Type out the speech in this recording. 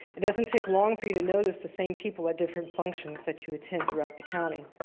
it doesn't take long for you to notice the same people at different functions that you attend throughout the county.